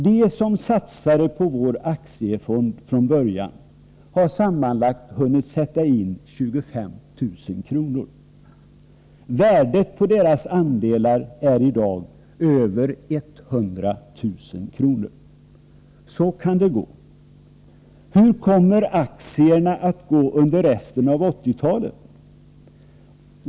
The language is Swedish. De som satsade på vår Aktiefond från början har sammanlagt hunnit sätta in 25.000 kr. Värdet på deras andelar är i dag över 100.000 kr. Så kan det gå! Hur kommer aktierna att gå under resten av 80-talet?